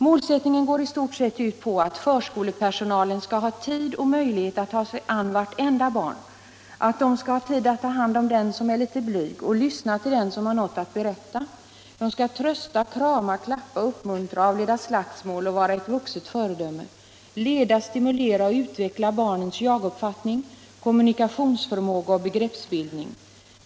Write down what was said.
Målsättningen går i stort sett ut på att förskolepersonalen skall ha tid och möjlighet att ta sig an vartenda barn, att de skall ha tid att ta hand om den som är litet blyg och lyssna till den som har något att berätta. De skall trösta, krama, klappa, uppmuntra, avleda slagsmål och vara ett vuxet föredöme, leda, stimulera och utveckla barnens jaguppfattning, kommunikationsförmåga och begreppsbildning.